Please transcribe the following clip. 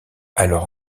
alors